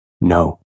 No